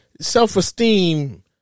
self-esteem